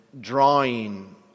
drawing